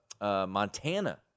Montana